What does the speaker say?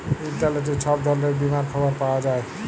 ইলটারলেটে ছব ধরলের বীমার খবর পাউয়া যায়